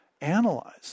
analyze